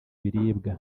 biribwa